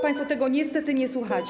Państwo tego niestety nie słuchacie.